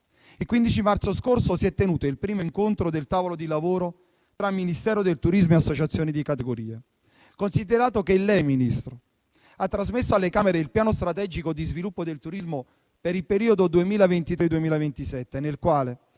Il 15 marzo scorso si è tenuto il primo incontro del tavolo di lavoro tra Ministero del turismo e associazioni di categoria. Considerato che lei, Ministro, ha trasmesso alle Camere il Piano strategico di sviluppo del turismo per il periodo 2023-2027, nel quale,